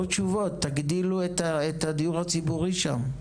לא תשובות, תגדילו את הדיור הציבורי שם.